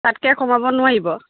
তাতকৈ কমাব নোৱাৰিব